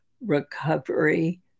recovery